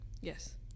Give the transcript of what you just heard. Yes